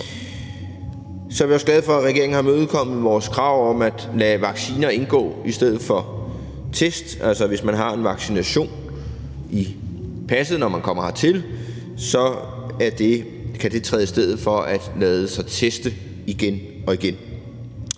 Så er vi også glade for, at regeringen har imødekommet vores krav om at lade vaccinationer indgå i stedet for test, altså hvis man i passet kan vise, at man har fået en vaccination, når man kommer hertil, så kan det træde i stedet for at lade sig teste igen og igen.